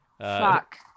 Fuck